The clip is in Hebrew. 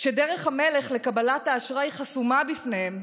כשדרך המלך לקבל האשראי חסומה בפניהם,